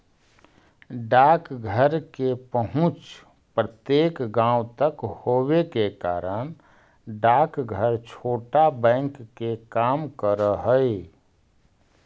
डाकघर के पहुंच प्रत्येक गांव तक होवे के कारण डाकघर छोटा बैंक के काम करऽ हइ